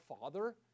Father